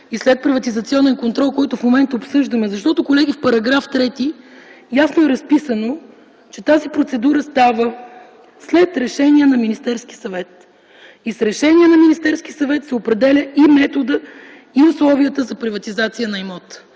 и следприватизационен контрол, който в момента обсъждаме. Защото, колеги, в § 3 ясно е разписано, че тази процедура става след решение на Министерския съвет. С решение на Министерския съвет се определят и методът, и условията за приватизация на имота.